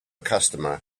customer